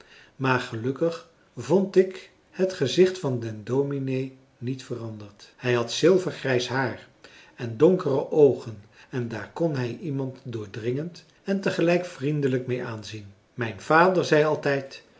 maar gelukkig vond ik het gezicht van den dominee niet veranderd hij had zilvergrijs haar en donkere oogen en daar kon hij iemand doordringend en tegelijk vriendelijk mee aanzien mijn vader zei altijd